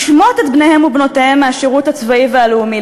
לשמוט את בניהם ובנותיהם מהשירות הצבאי והלאומי,